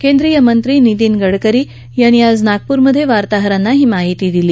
केंद्रीय मंत्री नितीन गडकरी यांनी आज नागपुरमध्ये वार्ताहरांना ही माहिती दिली